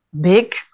big